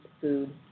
food